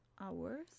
hours